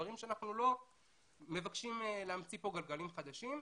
אנחנו לא מבקשים להמציא פה גלגלים חדשים,